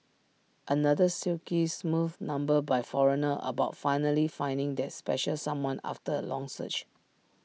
another silky smooth number by foreigner about finally finding that special someone after A long search